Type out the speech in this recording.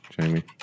Jamie